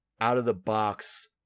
out-of-the-box